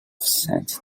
saint